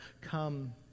come